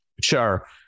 Sure